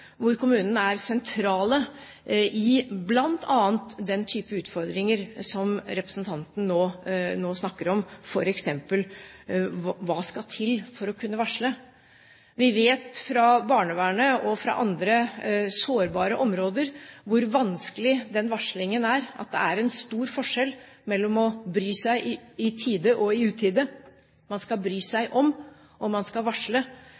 hvor kommunene er sentrale i forbindelse med bl.a. den type utfordringer som representanten nå snakker om, f.eks.: Hva skal til for å kunne varsle? Vi vet fra barnevernet og fra andre sårbare områder hvor vanskelig den varslingen er, at det er en stor forskjell mellom å bry seg i tide og i utide. Man skal bry seg om, og man skal varsle,